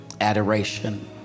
adoration